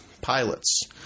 pilots